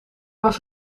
was